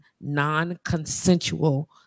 non-consensual